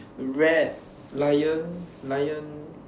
rat lion lion